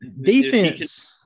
defense